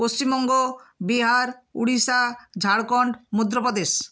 Paschimbanga Bihar Odisha Jharkhand Madhya Pradesh